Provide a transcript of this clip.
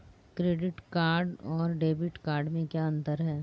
Credit card और debit card में क्या अंतर है?